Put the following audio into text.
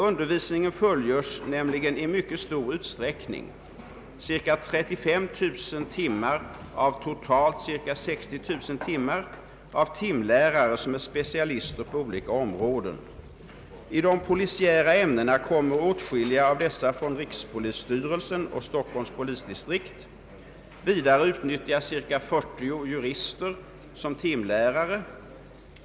Undervisningen fullgörs nämligen i mycket stor utsträckning — cirka 35000 timmar av totalt cirka 60 000 timmar — av timlärare som är specia lister på olika områden. I de polisiära ämnena kommer åtskilliga av dessa från rikspolisstyrelsen och Stockholms polisdistrikt. Vidare utnyttjas cirka 40 jurister som timlärare.